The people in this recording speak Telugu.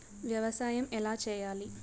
వ్యవసాయం ఎలా చేయాలి?